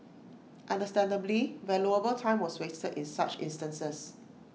understandably valuable time was wasted in such instances